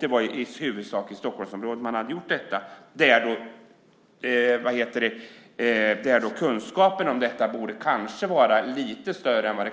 Det var i huvudsak i Stockholmsområdet man hade gjort detta, där kunskapen om detta kanske borde vara lite större än den